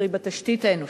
קרי בתשתית האנושית,